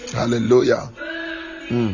hallelujah